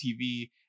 TV